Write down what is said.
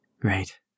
Great